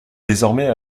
désormais